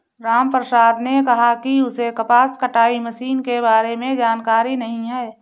रामप्रसाद ने कहा कि उसे कपास कटाई मशीन के बारे में जानकारी नहीं है